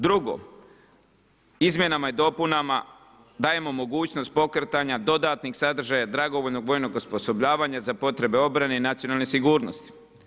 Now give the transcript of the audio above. Drugo, izmjenama i dopunama dajemo mogućnost pokretanja dodatnih sadržaja dragovoljnog vojnog osposobljavanja za potrebe obrane i nacionalne sigurnosti.